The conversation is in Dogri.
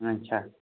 अच्छा